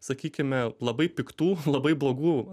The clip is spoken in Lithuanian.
sakykime labai piktų labai blogų